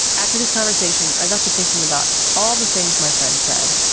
after this conversation, i got to thinking about all the things my friend said.